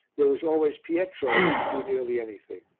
there was always pietro who could do nearly anything.